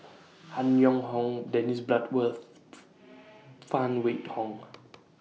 Han Yong Hong Dennis Bloodworth Phan Wait Hong